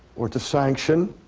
or to sanction,